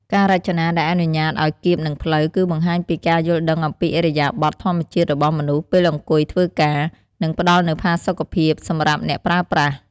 ការរចនាដែលអនុញ្ញាតឱ្យគៀបនឹងភ្លៅ គឺបង្ហាញពីការយល់ដឹងអំពីឥរិយាបថធម្មជាតិរបស់មនុស្សពេលអង្គុយធ្វើការ និងផ្តល់នូវផាសុខភាពសម្រាប់អ្នកប្រើប្រាស់។